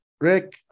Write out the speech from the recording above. Rick